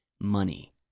money